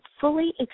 fully